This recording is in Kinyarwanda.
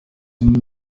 zimwe